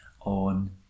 on